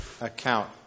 account